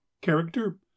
Character